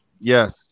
yes